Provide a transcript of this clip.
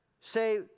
say